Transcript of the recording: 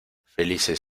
felices